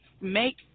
make